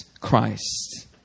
Christ